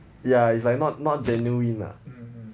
ya it's like not not genuine lah